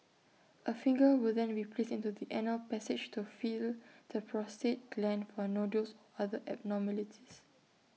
A finger will then be placed into the anal passage to feel the prostate gland for nodules or other abnormalities